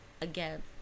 again